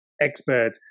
expert